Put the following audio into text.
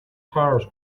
tires